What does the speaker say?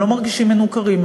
הם לא מרגישים מנוכרים,